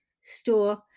store